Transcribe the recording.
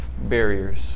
barriers